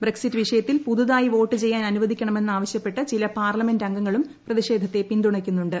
Brexit വിഷയത്തിൽ പുതുതായി vote ചെയ്യാൻ അനുവദിക്കണമെന്ന് ആവശ്യപ്പെട്ട് ചില പാർലമെന്റ് അംഗങ്ങളും പ്രതിഷേധത്തെ പിൻതുണയ്ക്കുന്നുണ്ട്